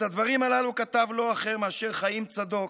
את הדברים הללו כתב לא אחר מאשר חיים צדוק,